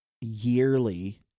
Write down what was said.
yearly